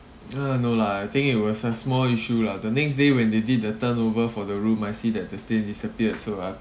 uh no lah I think it was a small issue lah the next day when they did the turnover for the room I see that the stain disappeared so uh